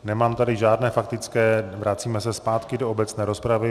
Nemám tady žádné faktické, vracíme se zpátky do obecné rozpravy.